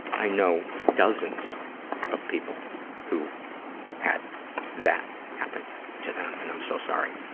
i know dozens of people who had that happen to them, and i'm so sorry.